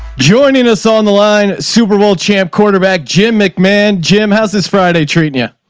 joining us on the line. superbowl champion quarterback, jim mcmahon jim how's this friday treating ya.